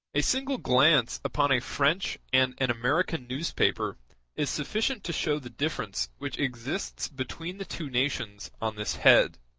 a single glance upon a french and an american newspaper is sufficient to show the difference which exists between the two nations on this head.